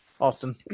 Austin